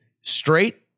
straight